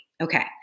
Okay